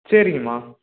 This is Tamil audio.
சரிங்கம்மா